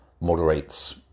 moderates